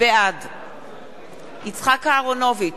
בעד יצחק אהרונוביץ,